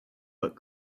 but